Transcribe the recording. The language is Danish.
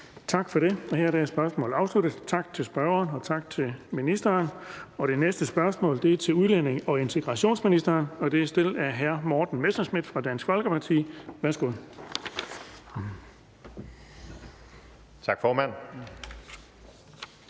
Tak for det. Hermed er spørgsmålet afsluttet. Tak til spørgeren, og tak til ministeren. Det næste spørgsmål er til udlændinge- og integrationsministeren, og det er stillet af hr. Morten Messerschmidt fra Dansk Folkeparti Kl.